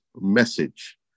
message